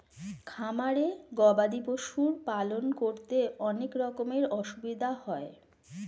খামারে গবাদি পশুর পালন করতে অনেক রকমের অসুবিধা হয়